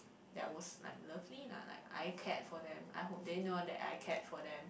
that was like lovely lah like I cared for them I hope they know that I cared for them